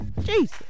Jesus